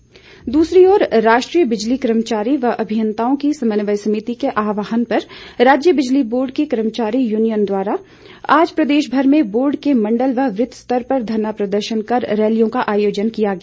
बिजली बोर्ड दूसरी ओर राष्ट्रीय बिजली कर्मचारी व अभियंताओं की समन्वय समिति के आहवान पर राज्य बिजली बोर्ड कर्मचारी यूनियन द्वारा आज प्रदेशभर में बोर्ड के मंडल व वृत स्तर पर धरना प्रदर्शन कर रैलियों का आयोजन किया गया